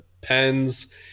pens